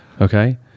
Okay